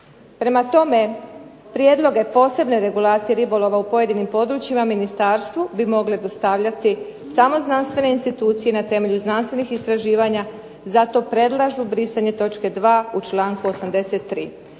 Prema tome, prijedloge posebne regulacije ribolova u pojedinim područjima ministarstvu bi mogle dostavljati samo znanstvene institucije na temelju znanstvenih istraživanja. Zato predlažu brisanje točke 2. u čl. 83.